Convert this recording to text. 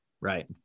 Right